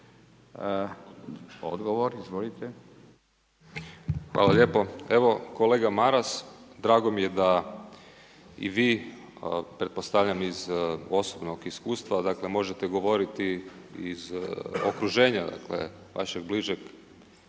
Mihael (SDP)** Hvala lijepo evo kolega Maras drago mi je da i vi pretpostavljam iz posebnog iskustva možete govoriti iz okruženja vašeg bližeg,